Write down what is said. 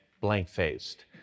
blank-faced